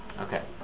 Okay